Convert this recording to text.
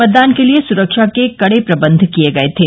मतदान के लिये सुरक्षा के कड़े प्रबंध किये गये थे